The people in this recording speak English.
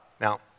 Now